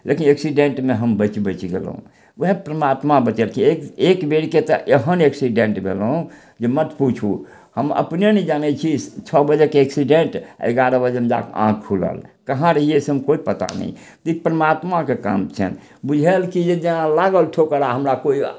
लेकिन एक्सिडेंटमे हम बचि बचि गेलहुँ वएह परमात्मा बचेलखिन एक एक बेरके तऽ एहन एक्सिडेंट भेलहुँ जे मत पुछू हम अपने नहि जानय छी छओ बजेके एक्सिडेंट आओर ग्यारह बजेमे जाकऽ आँखि खुलल कहाँ रहियै से हम कोइ पता नहि ई परमात्माके काम छनि बुझायल की जेना लागल ठोकर आओर हमरा कोइ